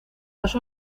dos